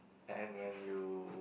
and when you